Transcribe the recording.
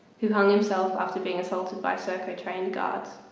who hung himself after being assaulted by serco trained guards.